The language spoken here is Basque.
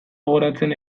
gogoratzen